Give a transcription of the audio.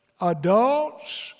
adults